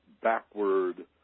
backward